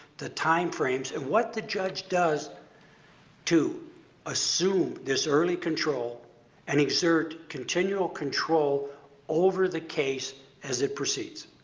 the time frames, and what the judge does to assume this early control and exert continual control over the case as it proceeds.